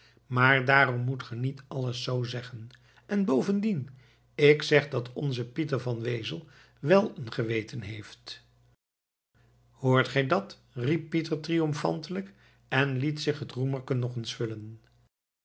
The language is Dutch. maar daarom moet ge niet alles zoo zeggen en bovendien ik zeg dat onze pieter van wezel wel een geweten heeft hoort gij dat riep pieter triomfantelijk en liet zich het roemerken nog eens vullen